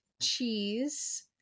cheese